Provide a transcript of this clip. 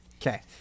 Okay